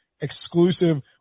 exclusive